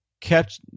kept